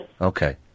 Okay